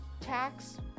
tax